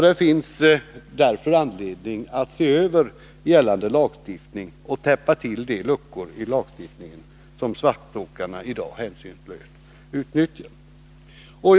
Det finns därför anledning att se över gällande lagstiftning och täppa till de luckor i den som svartåkarna i dag hänsynslöst utnyttjar.